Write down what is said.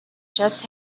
just